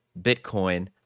bitcoin